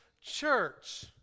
church